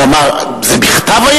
הוא אמר: זה היה בכתב?